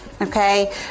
Okay